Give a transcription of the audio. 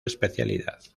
especialidad